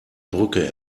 brücke